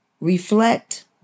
reflect